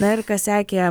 na ir kas sekė